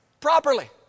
properly